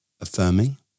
affirming